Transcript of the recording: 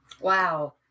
Wow